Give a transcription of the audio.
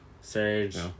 Serge